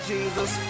Jesus